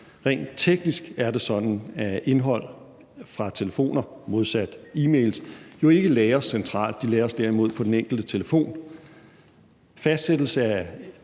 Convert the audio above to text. Rent teknisk er det sådan, at indhold fra telefoner modsat e-mails jo ikke lagres centralt. Det lagres derimod på den enkelte telefon.